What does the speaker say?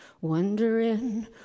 wondering